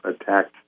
attacked